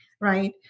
Right